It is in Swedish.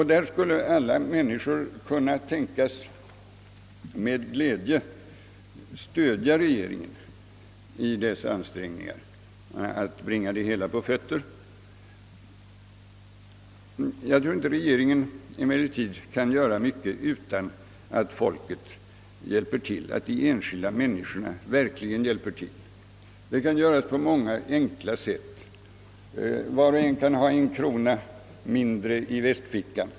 Då skulle alla människor kunna tänkas med glädje stödja regeringen i dess ansträngningar att bringa det hela på fötter. Jag tror emellertid inte att regeringen kan göra mycket utan att de enskilda människorna verkligen hjälper till. Denna hjälp kan lämnas på många enkla sätt. Var och en kan ha en krona mindre i västfickan.